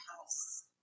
house